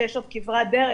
שיש עוד כברת דרך,